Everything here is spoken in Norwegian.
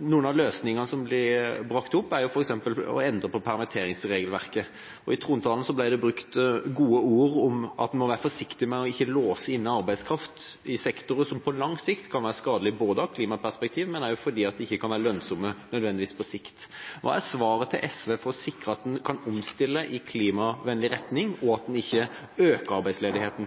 Noen av løsningene som blir brakt opp, er f.eks. å endre på permitteringsregelverket. I trontalen ble det brukt gode ord om at en må være forsiktig med å ikke låse inne arbeidskraft i sektorer som på lang sikt kan være skadelige, både i et klimaperspektiv og fordi de ikke nødvendigvis kan være lønnsomme på sikt. Hva er svaret til SV for å sikre at en kan omstille i klimavennlig retning, og at en ikke øker arbeidsledigheten